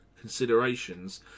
considerations